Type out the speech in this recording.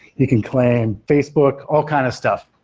you can claim facebook, all kind of stuff.